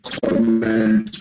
comment